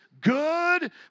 good